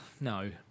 no